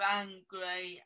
angry